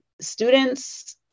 students